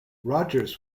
rogers